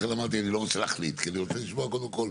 איך אותו דבר?